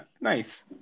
Nice